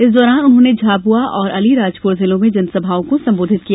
इस दौरान उन्होंने झाबुआ और अलीराजपुर जिलों में जनसभाओं को संबोधित किया